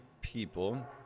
people